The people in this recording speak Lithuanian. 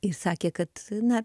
ji sakė kad na